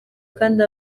kandi